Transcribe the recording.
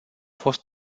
fost